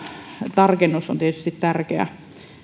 tarkennus on tietysti tärkeä